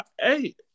hey